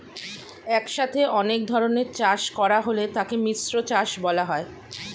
একসাথে অনেক ধরনের চাষ করা হলে তাকে মিশ্র চাষ বলা হয়